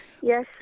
Yes